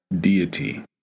deity